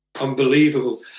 unbelievable